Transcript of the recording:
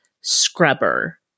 scrubber